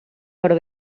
però